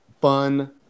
fun